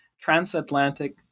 Transatlantic